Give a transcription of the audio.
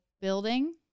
building